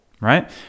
Right